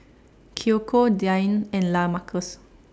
Kiyoko Diann and Lamarcus